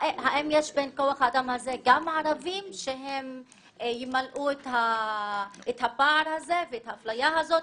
האם יש בכוח האדם הזה גם ערבים שימלאו את הפער הזה ואת האפליה הזאת,